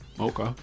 Okay